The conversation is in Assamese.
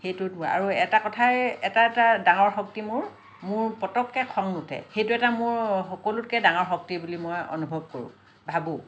সেইটো আৰু এটা কথাই এটা এটা ডাঙৰ শক্তি মোৰ মোৰ পটককৈ খং নুঠে সেইটো এটা মোৰ সকলোতকে ডাঙৰ শক্তি বুলি মই অনুভৱ কৰোঁ ভাবোঁ